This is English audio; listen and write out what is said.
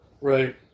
Right